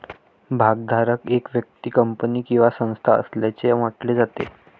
भागधारक एक व्यक्ती, कंपनी किंवा संस्था असल्याचे म्हटले जाते